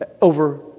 over